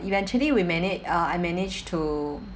eventually we mana~ uh I managed to